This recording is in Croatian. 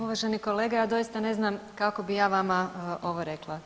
Uvaženi kolega, ja doista ne znam kako bi ja vama ovo rekla.